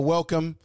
Welcome